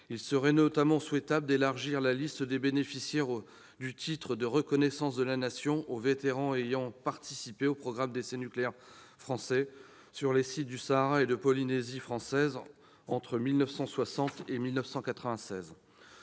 Il serait notamment souhaitable d'élargir la liste des bénéficiaires du titre de reconnaissance de la Nation aux vétérans ayant participé aux programmes d'essais nucléaires français sur les sites du Sahara et de Polynésie française de 1960 à 1996.